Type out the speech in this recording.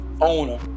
owner